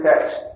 text